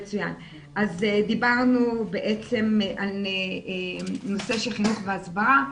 דיברנו בעצם על נושא של חינוך והסברה,